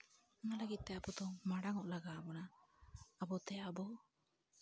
ᱚᱱᱟ ᱞᱟᱹᱜᱤᱫ ᱛᱮ ᱟᱵᱚ ᱫᱚ ᱢᱟᱲᱟᱝ ᱚᱜ ᱞᱟᱜᱟᱣ ᱵᱚᱱᱟ ᱟᱵᱚᱛᱮ ᱟᱵᱚ